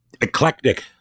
Eclectic